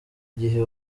igihe